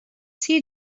see